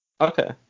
Okay